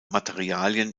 materialien